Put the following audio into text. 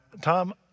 Tom